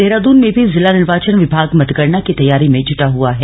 देहरादून में जिला निर्वाचन विभाग मतगणना की तैयारी में जुटा हुआ है